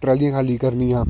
ਟਰਾਲੀਆਂ ਖਾਲੀ ਕਰਨੀਆਂ